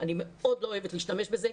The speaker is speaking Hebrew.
אני מאוד לא אוהבת להשתמש בזה,